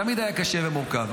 תמיד היה קשה ומורכב.